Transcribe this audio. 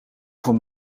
van